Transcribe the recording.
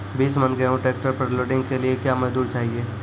बीस मन गेहूँ ट्रैक्टर पर लोडिंग के लिए क्या मजदूर चाहिए?